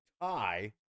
tie